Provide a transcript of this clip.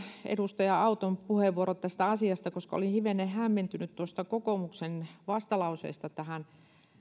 edustaja auton puheenvuoro tästä asiasta koska olin hivenen hämmentynyt tuosta kokoomuksen vastalauseesta tähän